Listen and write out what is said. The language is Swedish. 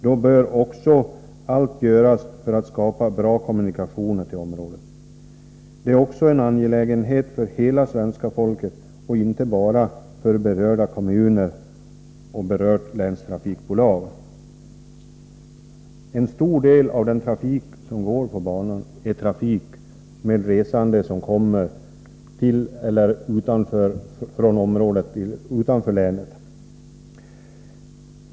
Då bör också allt göras för att skapa bra kommunikationer till området. Det är också en angelägenhet för hela svenska folket och inte bara för berörda kommuner och berört länstrafikbolag. En stor del av den trafik som går på banan är trafik med resande som kommer från platser utanför länet.